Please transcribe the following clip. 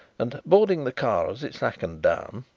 and, boarding the car as it slackened down,